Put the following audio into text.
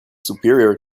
superior